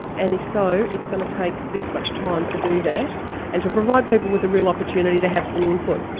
and if so, it's going to take this much time to do that and to provide people with a real opportunity to have some input.